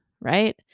right